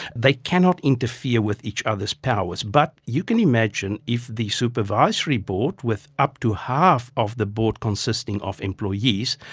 they cannot interfere with each other's powers. but you can imagine if the supervisory board with up to half of the board consisting of employees,